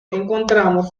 encontramos